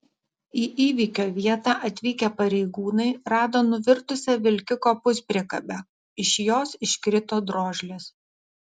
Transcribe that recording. į įvykio vietą atvykę pareigūnai rado nuvirtusią vilkiko puspriekabę iš jos iškrito drožlės